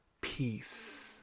Peace